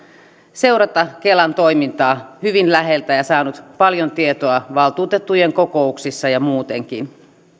seurata kelan toimintaa hyvin läheltä ja saanut paljon tietoa valtuutettujen kokouksissa ja muutenkin